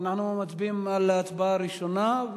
אנחנו מצביעים על ההודעה הראשונה,